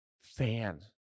fans